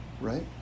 right